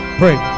pray